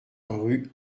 rue